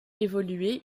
évolué